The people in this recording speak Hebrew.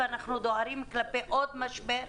ואנחנו דוהרים לעוד משבר,